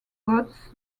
gods